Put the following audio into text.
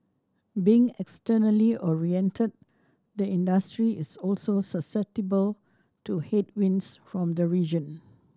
being externally oriented the industry is also susceptible to headwinds from the region